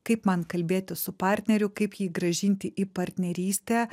kaip man kalbėtis su partneriu kaip jį grąžinti į partnerystę